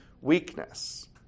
weakness